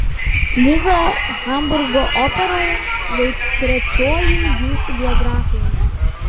liza hamburgo operoje jau trečioji jūsų biografijoje